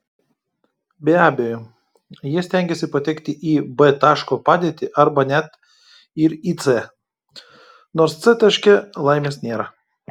be abejo jie stengiasi patekti į b taško padėtį arba net ir į c nors c taške laimės nėra